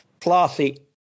classy